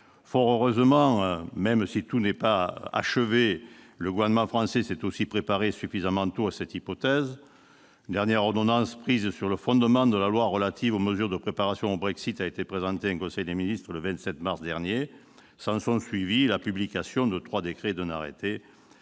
Fort heureusement, même si tout n'est pas achevé, le gouvernement français s'est aussi préparé suffisamment tôt à cette hypothèse. Une dernière ordonnance prise sur le fondement de la loi relative aux mesures de préparation au Brexit a été présentée en Conseil des ministres le 27 mars dernier. S'en est ensuivie la publication de trois décrets et d'un arrêté,